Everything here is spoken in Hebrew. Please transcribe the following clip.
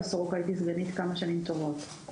בסורוקה הייתי סגנית כמה שנים טובות.